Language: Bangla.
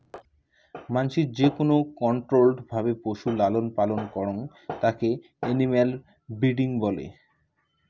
মানাসি যেকোন কন্ট্রোল্ড ভাবে পশুর লালন পালন করং তাকে এনিম্যাল ব্রিডিং বলে